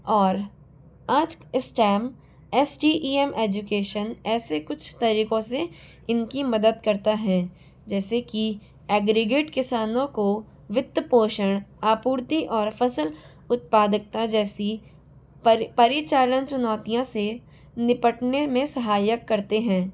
और आज STEM S T E M education ऐसे कुछ तरीकों से इनकी मदद करता है जैसे कि ऐग्रगैट किसानों को वित्त पोषण आपूर्ति और फसल उत्पादकता जैसी परी परिचालन चुनौतियों से निपटने में सहायक करते हैं